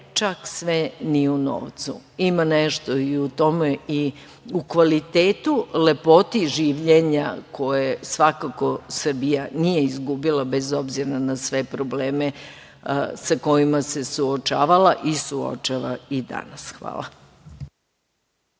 čak sve ni u novcu, ima nešto i u kvalitetu i lepoti življenja koje svakako Srbija nije izgubila, bez obzira na sve probleme sa kojima se suočavala i suočava i danas. Hvala.